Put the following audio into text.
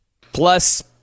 plus